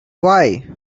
why